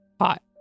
Hot